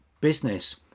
business